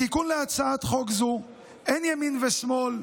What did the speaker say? בתיקון לחוק זה אין ימין ושמאל,